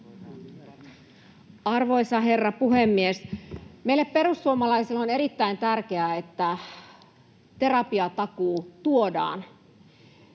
Arvoisa herra puhemies! Meille perussuomalaisille on erittäin tärkeää, että terapiatakuu tuodaan.